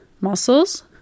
muscles